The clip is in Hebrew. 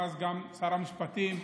ואז גם שר המשפטים,